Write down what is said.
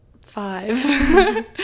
five